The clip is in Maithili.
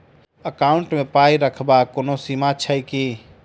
एकाउन्ट मे पाई रखबाक कोनो सीमा छैक की?